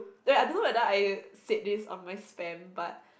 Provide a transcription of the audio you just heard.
then I don't know whether I said this on my spam but